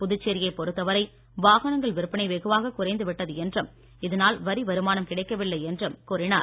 புதுச்சேரியை பொருத்தவரை வாகனங்கள் விற்பனை வெகுவாக குறைந்து விட்டது என்றும் இதனால் வரி வருமானம் கிடைக்கவில்லை என்றும் கூறினார்